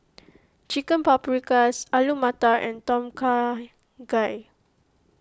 Chicken Paprikas Alu Matar and Tom Kha Gai